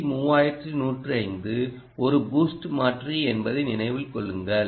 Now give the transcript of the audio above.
C 3105 ஒரு boost மாற்றி என்பதை நினைவில் கொள்ளுங்கள்